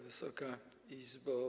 Wysoka Izbo!